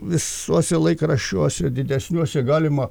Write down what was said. visuose laikraščiuose didesniuose galima